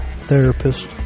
therapist